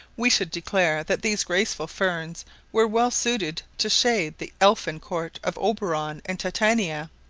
we should declare that these graceful ferns were well suited to shade the elfin court of oberon and titania.